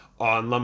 on